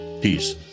Peace